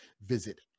Visit